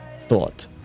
thought